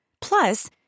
Plus